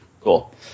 Cool